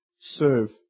serve